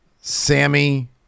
Sammy